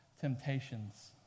temptations